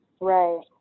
Right